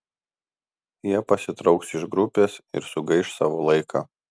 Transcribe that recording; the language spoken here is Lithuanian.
jie pasitrauks iš grupės ir sugaiš savo laiką